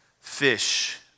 fish